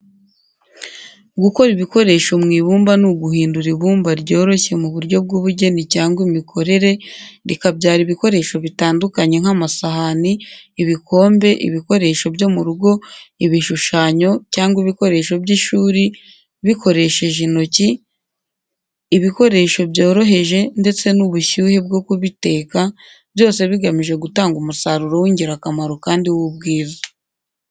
Gukora ibikoresho mu ibumba ni uguhindura ibumba ryoroshye mu buryo bw’ubugeni cyangwa imikorere, rikabyara ibikoresho bitandukanye nk’amasahani, ibikombe, ibikoresho byo mu rugo, ibishushanyo, cyangwa ibikoresho by’ishuri, bikoresheje intoki, ibikoresho byoroheje, ndetse n’ubushyuhe bwo kubiteka, byose bigamije gutanga umusaruro w’ingirakamaro kandi w’ubwiza.